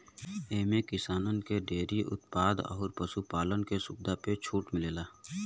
एम्मे किसानन के डेअरी उत्पाद अउर पशु पालन के सुविधा पे छूट मिलेला